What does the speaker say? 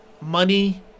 money